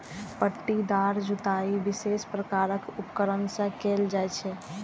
पट्टीदार जुताइ विशेष प्रकारक उपकरण सं कैल जाइ छै